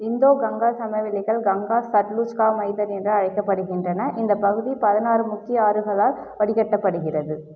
இந்தோ கங்கா சமவெளிகள் கங்கா சட்லுஜ் கா மைதன் என்று அழைக்கப்படுகின்றன இந்த பகுதி பதினாறு முக்கிய ஆறுகளால் வடிகட்டப்படுகிறது